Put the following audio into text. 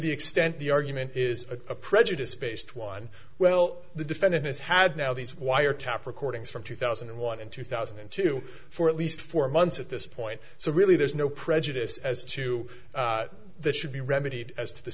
the extent the argument is a prejudice based one well the defendant has had now these wiretap recordings from two thousand and one and two thousand and two for at least four months at this point so really there's no prejudice as to the should be remedied as to the